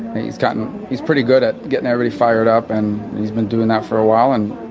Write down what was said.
he's gotten he's pretty good at getting everybody fired up and he's been doing that for a while and.